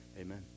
Amen